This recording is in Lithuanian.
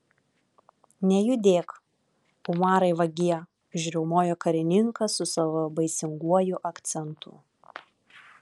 nejudėk umarai vagie užriaumojo karininkas su savo baisinguoju akcentu